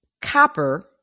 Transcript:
copper